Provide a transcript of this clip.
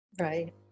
Right